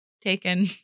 taken